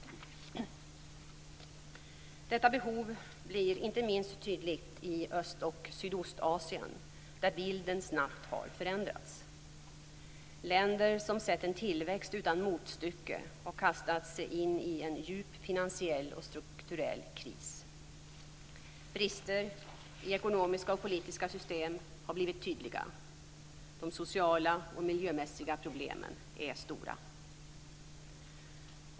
Detta behov blir inte minst tydligt i Öst och Sydostasien där bilden snabbt har förändrats. Länder som sett en tillväxt utan motstycke har kastats in i en djup finansiell och strukturell kris. Brister i ekonomiska och politiska system har blivit tydliga. De sociala och miljömässiga problemen är stora.